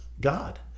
God